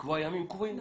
לקבוע ימים קבועים.